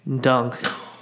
dunk